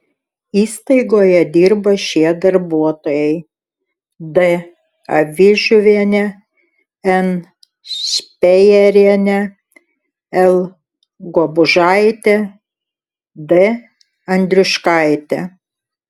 įstaigoje dirba šie darbuotojai d avižiuvienė n špejerienė l guobužaitė d andriuškaitė